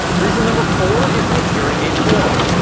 reason number four is the hearing aid forum.